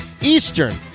Eastern